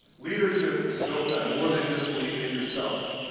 leadership is built on more than just believing in yourself.